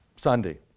Sunday